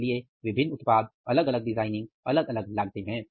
इसलिए विभिन्न उत्पाद अलग अलग डिजाइनिंग अलग अलग लागते हैं